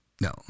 No